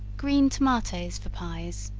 green tomatoes for pies.